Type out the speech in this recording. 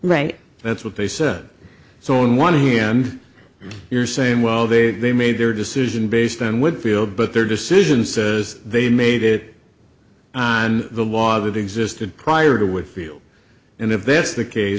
right that's what they said so on one hand you're saying well they they made their decision based on woodfield but their decision says they made it on the law that existed prior to would feel and if that's the case